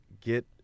get